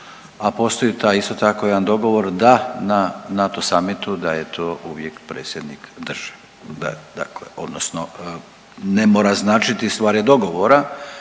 a postoji taj, isto tako jedan dogovor da na NATO samitu da je to uvijek predsjednik države, dakle, odnosno ne mora značiti, stvar je dogovora